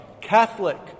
Catholic